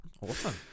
Awesome